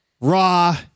Raw